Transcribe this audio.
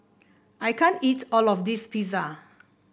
I can't eat all of this Pizza